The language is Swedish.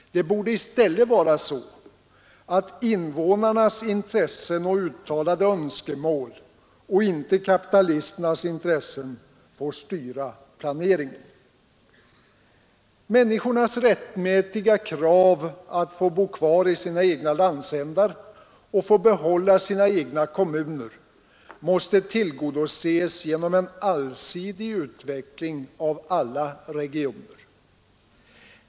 Det borde i stället vara så, att invånarnas intressen och uttalade önskemål, och inte kapitalisternas intressen, får styra planeringen. Människornas rättmätiga krav att få bo kvar i sina egna landsändar och behålla sina egna kommuner måste tillgodoses genom en allsidig utveckling av alla regioner.